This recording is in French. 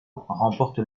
remporte